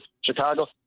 Chicago